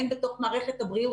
הן בתוך מערכת הבריאות,